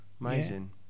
amazing